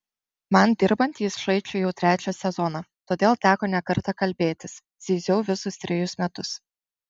man dirbant jis žaidžia jau trečią sezoną todėl teko ne kartą kalbėtis zyziau visus trejus metus